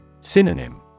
Synonym